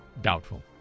Doubtful